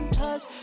cause